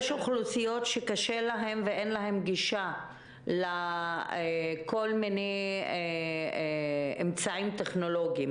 יש אוכלוסיות שקשה להן ואין להן גישה לכל מיני אמצעים טכנולוגיים